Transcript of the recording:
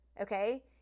okay